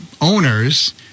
owners